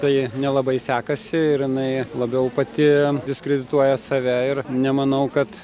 tai nelabai sekasi ir jinai labiau pati diskredituoja save ir nemanau kad